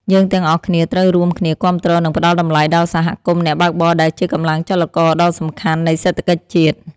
យើងទាំងអស់គ្នាត្រូវរួមគ្នាគាំទ្រ និងផ្ដល់តម្លៃដល់សហគមន៍អ្នកបើកបរដែលជាកម្លាំងចលករដ៏សំខាន់នៃសេដ្ឋកិច្ចជាតិ។